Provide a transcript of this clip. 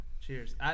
Cheers